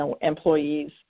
employees